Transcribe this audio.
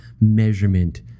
measurement